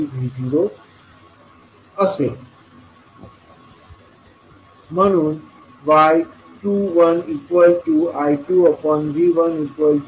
25V0 असेल म्हणून y21I2V11